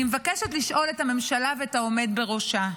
אני מבקשת לשאול את הממשלה ואת העומד בראשה: